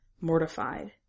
mortified